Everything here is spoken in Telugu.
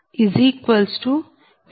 2 j1